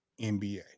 NBA